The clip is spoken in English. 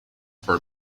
for